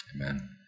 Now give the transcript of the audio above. amen